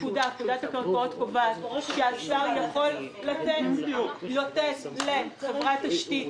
פקודת הקרקעות קובעת שהשר יכול לתת לחברת תשתית,